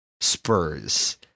Spurs